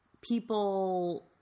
people